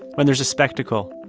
when there's a spectacle.